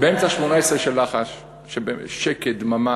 באמצע שמונה-עשרה של לחש, כששקט, דממה,